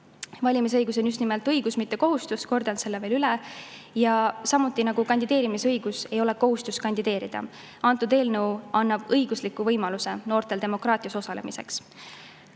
Valimisõigus on just nimelt õigus, mitte kohustus, kordan selle veel üle. Samuti nagu kandideerimisõigus ei ole kohustus kandideerida. Antud eelnõu annab õigusliku võimaluse noortel demokraatias osalemiseks.